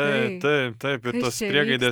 taip taip taip ir tos priegaidės